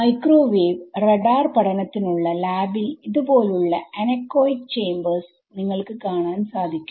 microwave radar പഠനത്തിനുള്ള ലാബിൽ ഇതുപോലുള്ള അനകൊയ്ക് ചേമ്പേഴ്സ്നിങ്ങൾക്ക് കാണാൻ സാധിക്കും